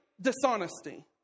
dishonesty